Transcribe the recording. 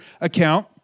account